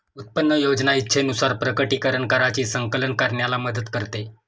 उत्पन्न योजना इच्छेनुसार प्रकटीकरण कराची संकलन करण्याला मदत करते